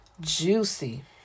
juicy